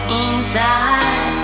inside